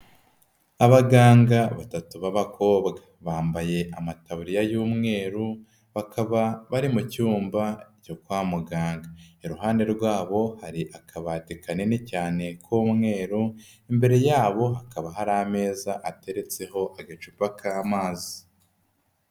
Abaganga batatu b'abakobwa, bambaye amataburiya y'umweru, bakaba bari mu cyumba cyo kwa muganga. Iruhande rwabo hari akabati kanini cyane k'umweru, imbere yabo hakaba hari ameza ateretseho agacupa k'amazi.